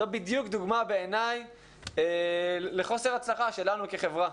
זו בדיוק דוגמא בעיניי לחוסר הצלחה שלנו כחברה.